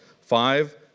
five